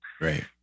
Right